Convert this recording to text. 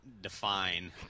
define